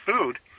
food